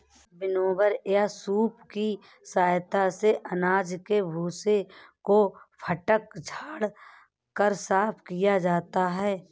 winnower या सूप की सहायता से अनाज के भूसे को फटक झाड़ कर साफ किया जाता है